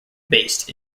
based